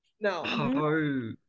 No